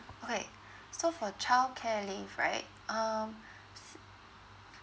okay so for childcare leave right um